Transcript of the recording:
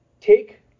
take